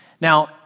Now